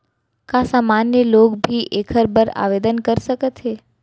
का सामान्य लोग भी एखर बर आवदेन कर सकत हे?